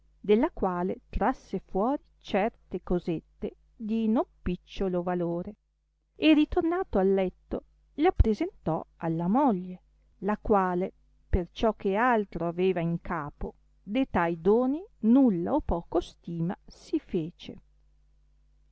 della quale trasse fuori certe cosette di non picciolo valore e ritornato al letto le appresentò alla moglie la quale perciò che altro aveva in capo de tai doni nulla o poco stima si fece